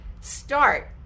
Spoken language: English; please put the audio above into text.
start